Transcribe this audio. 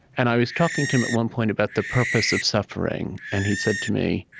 and i was talking to him, at one point, about the purpose of suffering. and he said to me,